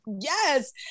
Yes